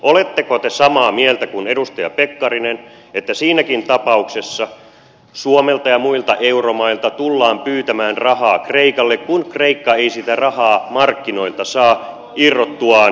oletteko te samaa mieltä kuin edustaja pekkarinen että siinäkin tapauksessa suomelta ja muilta euromailta tullaan pyytämään rahaa kreikalle kun kreikka ei sitä rahaa markkinoilta saa irrottuaan eurosta